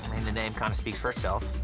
the name kind of speaks for itself.